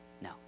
No